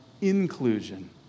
inclusion